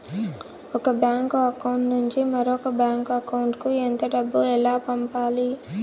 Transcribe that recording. ఒక bank account నుంచి మరొక బ్యాంకు అకౌంట్ కు ఎంత డబ్బు ఎలా పంపాలి